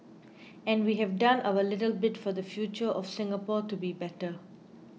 and we have done our little bit for the future of Singapore to be better